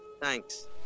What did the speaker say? Thanks